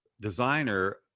designer